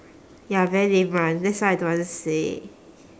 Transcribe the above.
ya very lame [one] that's why I don't want to say